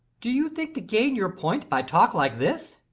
do you think to gain your point by talk like this?